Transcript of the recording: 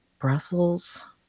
Brussels